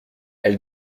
elle